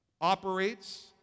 operates